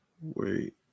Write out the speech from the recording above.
Wait